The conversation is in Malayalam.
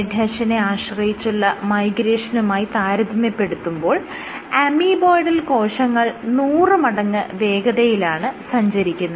എഡ്ഹെഷനെ ആശ്രയിച്ചുള്ള മൈഗ്രേഷനുമായി താരതമ്യപ്പെടുത്തുമ്പോൾ അമീബോയ്ഡൽ കോശങ്ങൾ നൂറ് മടങ്ങ് വേഗതയിലാണ് സഞ്ചരിക്കുന്നത്